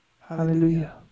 Hallelujah